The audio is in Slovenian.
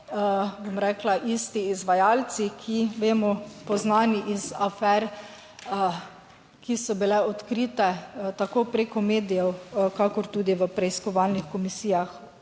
bom rekla, isti izvajalci, ki vemo, poznani iz afer, ki so bile odkrite, tako preko medijev, kakor tudi v preiskovalnih komisijah